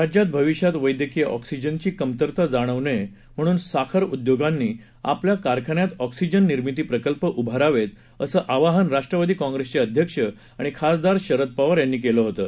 राज्यात भविष्यात वैद्यकीय ऑक्सिजनची कमतरता जाणवू नये म्हणून साखर उद्योजकांनी आपल्या कारखान्यात ऑक्सिजन निर्मिती प्रकल्प उभारावेत असं आवाहन राष्ट्रवादी काँप्रेसचे अध्यक्ष आणि खासदार शरद पवार यांनी केलं होतं